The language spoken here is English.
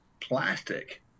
plastic